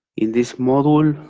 in this module,